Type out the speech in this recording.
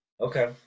okay